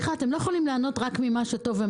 אתם לא יכולים ליהנות רק ממה שטוב.